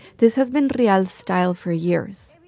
this has been rial's style for years.